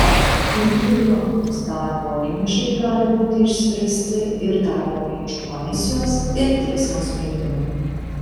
individualūs darbo ginčai gali būti išspręsti ir darbo ginčų komisijos ir teismo sprendimu